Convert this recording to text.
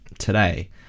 today